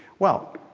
well,